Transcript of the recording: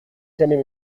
jamais